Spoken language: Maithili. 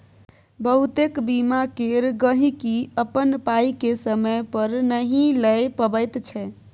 बहुतेक बीमा केर गहिंकी अपन पाइ केँ समय पर नहि लए पबैत छै